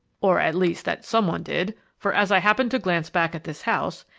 or, at least, that some one did, for as i happened to glance back at this house,